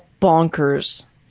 bonkers